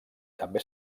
també